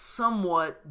somewhat